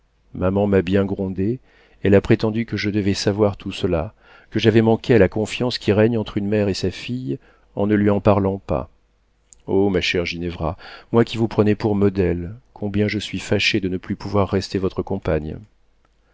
maman m'a bien grondée elle a prétendu que je devais savoir tout cela que j'avais manqué à la confiance qui règne entre une mère et sa fille en ne lui en parlant pas o ma chère ginevra moi qui vous prenais pour modèle combien je suis fâchée de ne plus pouvoir rester votre compagne